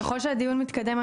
ככל שהדיון מתקדם,